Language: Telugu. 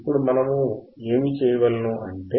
ఇప్పుడు మనము ఏమి చేయవలెను అంటే